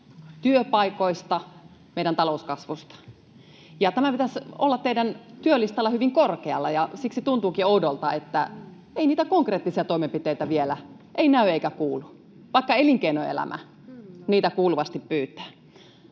työpaikoista, meidän talouskasvusta. Tämän pitäisi olla teidän työlistallanne hyvin korkealla, ja siksi tuntuukin oudolta, että ei niitä konkreettisia toimenpiteitä vielä näy eikä kuulu, vaikka elinkeinoelämä niitä kuuluvasti pyytää.